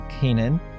Canaan